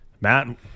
Matt